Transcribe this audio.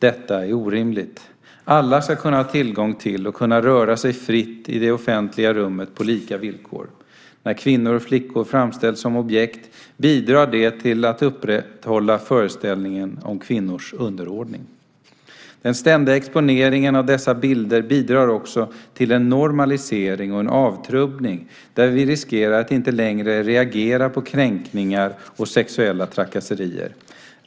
Detta är orimligt. Alla ska kunna ha tillgång till och kunna röra sig fritt i det offentliga rummet på lika villkor. När kvinnor och flickor framställs som objekt bidrar det till att upprätthålla föreställningen om kvinnors underordning. Den ständiga exponeringen av dessa bilder bidrar också till en normalisering och en avtrubbning där vi riskerar att inte längre reagera på kränkningar och sexuella trakasserier.